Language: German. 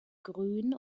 grün